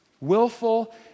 Willful